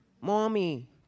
Mommy